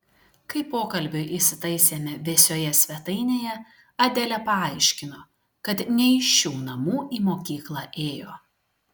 kai pokalbiui įsitaisėme vėsioje svetainėje adelė paaiškino kad ne iš šių namų į mokyklą ėjo